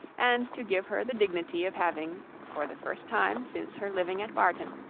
and to give her the dignity of having, for the first time since her living at barton,